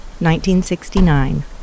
1969